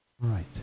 Right